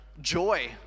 joy